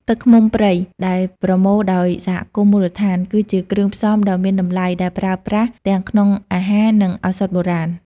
ទឹកឃ្មុំព្រៃដែលប្រមូលដោយសហគមន៍មូលដ្ឋាន គឺជាគ្រឿងផ្សំដ៏មានតម្លៃដែលប្រើប្រាស់ទាំងក្នុងអាហារ និងឱសថបុរាណ។